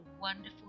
wonderful